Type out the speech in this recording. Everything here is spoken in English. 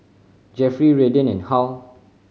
Jeffery Redden and Hal